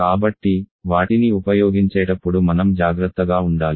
కాబట్టి వాటిని ఉపయోగించేటప్పుడు మనం జాగ్రత్తగా ఉండాలి